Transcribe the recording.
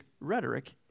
rhetoric